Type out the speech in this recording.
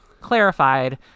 Clarified